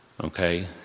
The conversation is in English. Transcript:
okay